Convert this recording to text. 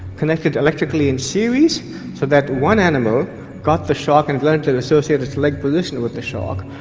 connected electrically in series, so that one animal got the shock and learned to associate its leg position with the shock,